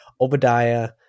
Obadiah